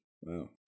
Wow